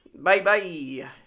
Bye-bye